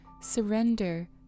Surrender